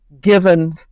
given